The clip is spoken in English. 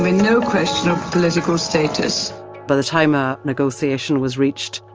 ah you know question of political status by the time a negotiation was reached,